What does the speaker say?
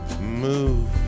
move